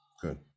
Good